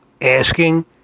Asking